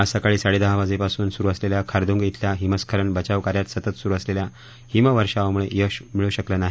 आज सकाळी साडे दहा वाजल्या पासून सुरु असलेल्या खारदुंग खिल्या हिमस्खलन बचाव कार्यात सतत सुरु असलेल्या हिम वर्षावामुळे यश होऊ शकलं नाही